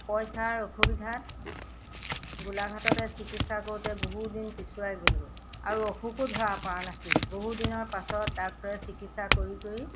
পইচাৰ অসুবিধাত গোলাঘাটতে চিকিৎসা কৰোঁতে বহুদিন পিছুৱাই গ'লগৈ আৰু অসুখো ধৰা পৰা নাছিল বহুদিনৰ পাছত ডাক্তৰে চিকিৎসা কৰি কৰি